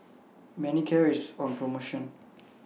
Manicare IS on promotion